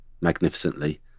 magnificently